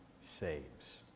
saves